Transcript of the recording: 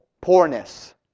poorness